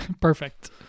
Perfect